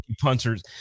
punters